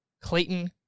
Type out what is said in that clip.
Clayton